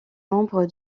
membre